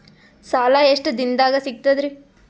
ಸಾಲಾ ಎಷ್ಟ ದಿಂನದಾಗ ಸಿಗ್ತದ್ರಿ?